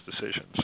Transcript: decisions